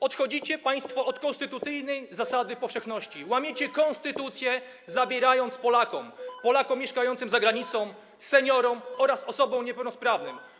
Odchodzicie państwo od konstytucyjnej zasady powszechności, [[Poruszenie na sali]] łamiecie konstytucję, zabierając możliwość Polakom, Polakom mieszkającym za granicą, seniorom oraz osobom niepełnosprawnym.